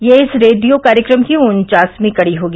यह इस रेडियो कार्यक्रम की उन्वासवीं कड़ी होगी